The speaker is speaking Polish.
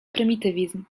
prymitywizm